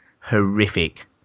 horrific